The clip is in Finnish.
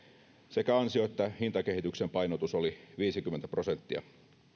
sekä ansio että hintakehityksen painotus oli viisikymmentä prosenttia